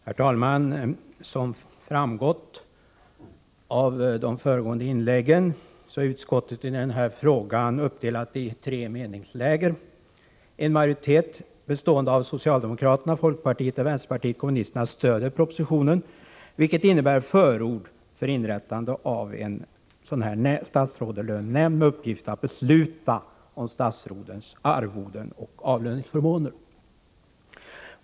Herr talman! Som framgått av de föregående inläggen är utskottet i den här frågan uppdelat i tre meningsläger. En majoritet bestående av socialdemokraterna, folkpartiet och vänsterpartiet kommunisterna stöder propositionen, vilket innebär förord för inrättande av en statsrådslönenämnd med uppgift att besluta om statsrådens arvoden och avlöningsförmåner.